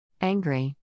Angry